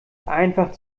einfach